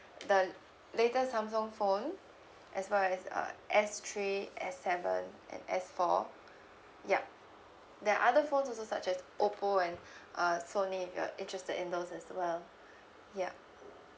the latest samsung phone as well as uh S three S seven and S four yup then other phones also such as oppo and uh sony if you're interested in those as well yeah